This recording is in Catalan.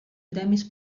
premis